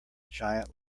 giant